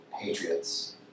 patriots